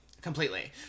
Completely